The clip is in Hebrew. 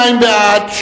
22 בעד,